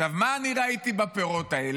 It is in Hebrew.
עכשיו, מה אני ראיתי בפירות האלה?